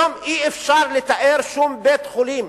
היום אי-אפשר לתאר שום בית-חולים